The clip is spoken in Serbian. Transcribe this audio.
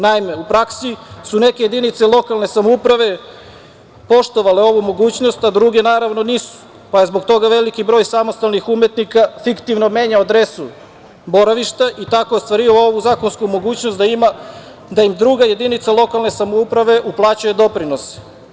Naime, u praksi su neke jedinice lokalne samouprave poštovale ovu mogućnost, a druge nisu, pa je zbog toga veliki broj samostalnih umetnika fiktivno menjao adresu boravišta i tako ostvario ovu zakonsku mogućnost da im druga jedinica lokalne samouprave uplaćuje doprinose.